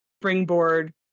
springboard